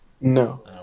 No